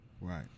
right